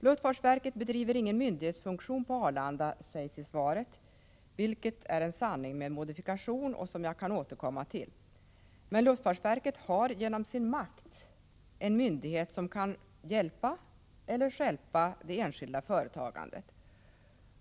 Luftfartsverket bedriver ingen myndighetsfunktion på Arlanda, sägs det i svaret — vilket är en sanning med modifikation som jag kan återkomma till — men luftfartsverket har genom sin makt en myndighet som kan hjälpa eller stjälpa det enskilda företagandet.